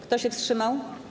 Kto się wstrzymał?